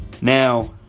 Now